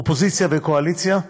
אופוזיציה וקואליציה,